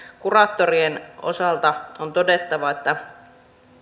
kuraattorien osalta on todettava että